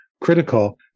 critical